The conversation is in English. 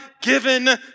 given